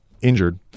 injured